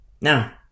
Now